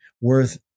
worth